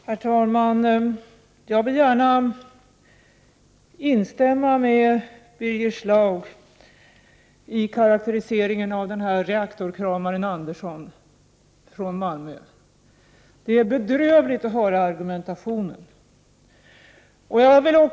Herr talman! Jag vill gärna instämma med Birger Schlaug i karakteriseringen av reaktorkramaren Andersson från Malmö. Det är bedrövligt att höra argumentationen.